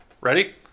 Ready